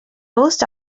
most